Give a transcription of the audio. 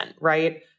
right